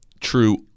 true